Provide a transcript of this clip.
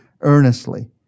earnestly